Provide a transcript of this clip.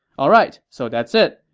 alright, so that's it.